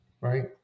right